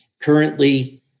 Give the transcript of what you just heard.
currently